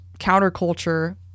counterculture